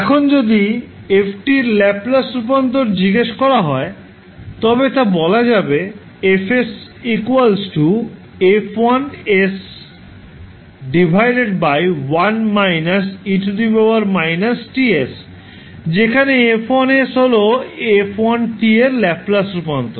এখন যদি 𝑓 𝑡 এর ল্যাপ্লাস রূপান্তর জিজ্ঞাসা করা হয় তবে তা বলা যাবে 𝐹 𝑠 𝐹1 𝑠 1 − 𝑒 − 𝑇𝑠 যেখানে F1 হল f1 এর ল্যাপলাস রূপান্তর